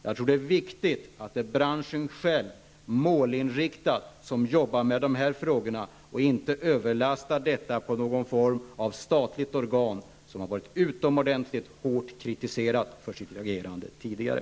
Jag tror att det är viktigt att branschen själv, som är målinriktad och som arbetar med de här frågorna, inte överlastar problemen på ett statligt organ som har blivit utomordentligt hårt kritiserat för sitt agerande tidigare.